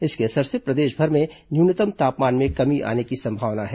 इसके असर से प्रदेशभर में न्यूनतम तापमान में कमी आने की संभावना है